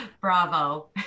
Bravo